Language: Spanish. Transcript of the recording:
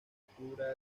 escultura